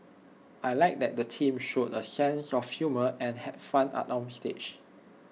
I Like that the teams showed A sense of humour and had fun up on stage